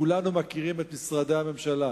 כולנו מכירים את משרדי הממשלה.